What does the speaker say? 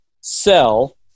sell